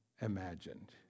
imagined